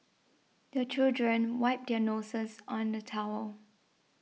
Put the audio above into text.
the children wipe their noses on the towel